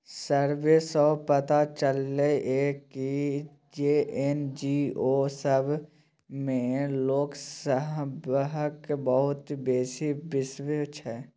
survey सँ पता चलले ये की जे एन.जी.ओ सब मे लोक सबहक बहुत बेसी बिश्वास छै